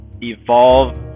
evolve